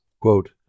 quote